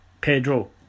Pedro